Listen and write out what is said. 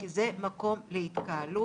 כי זה מקום להתקהלות,